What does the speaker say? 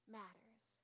matters